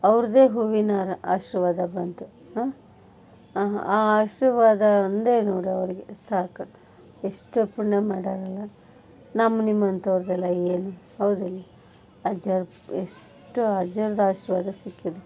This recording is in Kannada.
ಅವ್ರದ್ದೇ ಹೂವಿನ ಹಾರ ಆಶೀರ್ವಾದ ಬಂತು ಆ ಆಶೀರ್ವಾದ ಒಂದೇ ನೋಡು ಅವ್ರಿಗೆ ಸಾಕು ಎಷ್ಟು ಪುಣ್ಯ ಮಾಡ್ಯಾರಲ್ಲ ನಮ್ಮ ನಿಮ್ಮಂಥವ್ರದ್ದೆಲ್ಲ ಏನು ಹೌದಲ್ಲಾ ಅಜ್ಜೋರು ಎಷ್ಟು ಅಜ್ಜೋರ್ದು ಆಶೀರ್ವಾದ ಸಿಕ್ಕಿದೆ